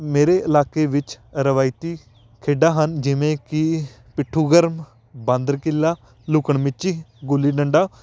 ਮੇਰੇ ਇਲਾਕੇ ਵਿੱਚ ਰਵਾਇਤੀ ਖੇਡਾਂ ਹਨ ਜਿਵੇਂ ਕਿ ਪਿੱਠੂ ਗਰਮ ਬਾਂਦਰ ਕਿੱਲਾ ਲੁਕਣ ਮਿਚੀ ਗੁੱਲੀ ਡੰਡਾ